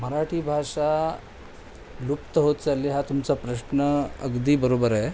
मराठी भाषा लुप्त होत चालली हा तुमचा प्रश्न अगदी बरोबर आहे